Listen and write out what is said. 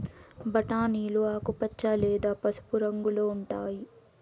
బఠానీలు ఆకుపచ్చ లేదా పసుపు రంగులో ఉంటాయి